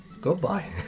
Goodbye